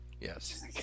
Yes